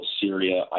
Syria